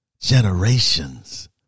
generations